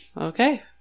okay